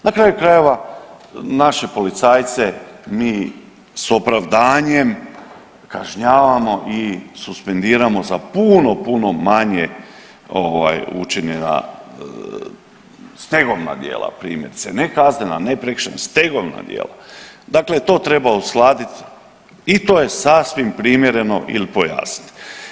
Na kraju krajeva, naše policajce mi s opravdanjem kažnjavamo i suspendiramo za puno, puno manje ovaj učinjena stegovna djela primjerice, ne kaznena, ne prekršajna, stegovna djela, dakle to treba uskladiti i to je sasvim primjereno ili pojasniti.